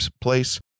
place